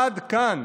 עד כאן.